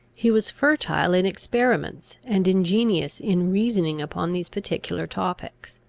he was fertile in experiments, and ingenious in reasoning upon these particular topics.